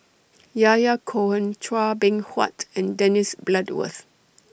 Yahya Cohen Chua Beng Huat and Dennis Bloodworth